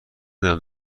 دونم